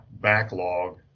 backlog